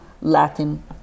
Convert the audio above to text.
Latin